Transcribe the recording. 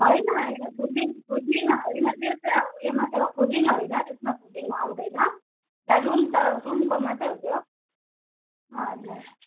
होइन होइन fooding fooding होइन त्यो चाहिँ ऊ यो मात्रै हो त्यसमा फुडिङ आउँदैन रूम त रूमको मात्रै हो त्यो हजुर